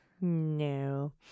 No